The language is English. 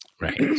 Right